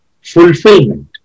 fulfillment